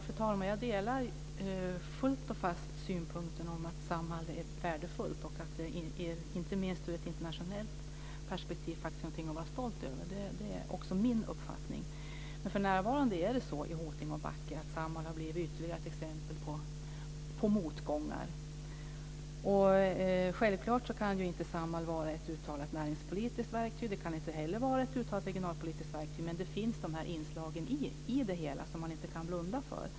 Fru talman! Jag delar fullt och fast synpunkten om att Samhall är värdefullt och att det inte minst ur ett internationellt perspektiv faktiskt är någonting att vara stolt över. Det är också min uppfattning. Men för närvarande har Samhall i Hoting och Backe blivit ytterligare ett exempel på motgångar. Självklart kan inte Samhall vara ett uttalat näringspolitiskt verktyg. Det kan inte heller vara ett uttalat regionalpolitiskt verktyg, men de här inslagen finns i det hela, och det kan man inte blunda för.